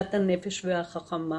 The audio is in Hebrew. אצילת הנפש והחכמה,